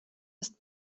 ist